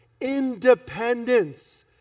independence